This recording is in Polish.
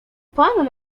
pan